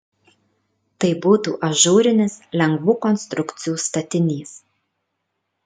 tai būtų ažūrinis lengvų konstrukcijų statinys